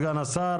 סגן השר,